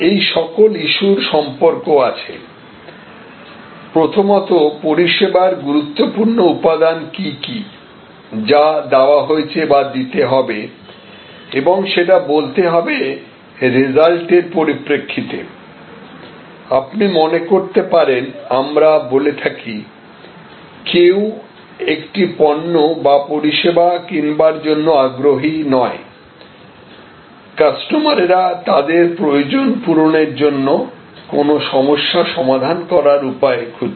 এই সকল ইস্যুর সম্পর্ক আছে প্রথমত পরিষেবার গুরুত্বপূর্ণ উপাদান কি কি যা দেওয়া হয়েছে বা দিতে হবে এবং সেটা বলতে হবে রেজাল্টের পরিপ্রেক্ষিতে আপনি মনে করতে পারেন আমরা বলে থাকি কেউ একটি পণ্য বা পরিষেবা কিনবার জন্য আগ্রহী নয় কাস্টমারেরা তাদের প্রয়োজন পূরণের জন্য কোন সমস্যা সমাধান করার উপায় খুঁজছে